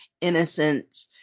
innocent